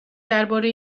درباره